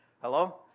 Hello